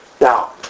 now